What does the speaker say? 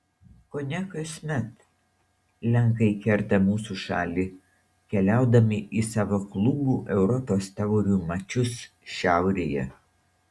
kone kasmet lenkai kerta mūsų šalį keliaudami į savo klubų europos taurių mačus šiaurėje